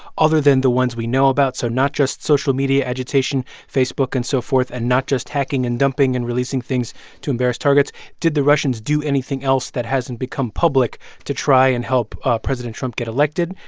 other than the ones we know about so not just social media agitation, facebook and so forth, and not just hacking and dumping and releasing things to embarrass targets did the russians do anything else that hasn't become public to try and help president trump get elected?